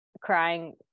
crying